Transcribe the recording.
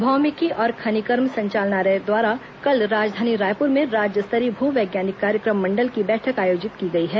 भौमिकी और खनिकर्म संचालनालय द्वारा कल राजधानी रायपुर में राज्य स्तरीय भू वैज्ञानिक कार्यक्रम मंडल की बैठक आयोजित की गई है